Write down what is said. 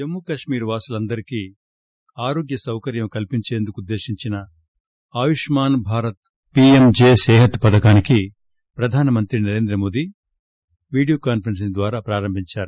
జమ్ము కశ్మీర్ వాసులందరికి ఆరోగ్య సౌకర్యం కల్పించేందుకు ఉద్దేశించిన Ayushman Bharat PM J Sehat పథకానికి ప్రధానమంత్రి నరేంద్ర మోదీ విడియోకాన్సరెన్సింగ్ ద్వారా ప్రారంభించారు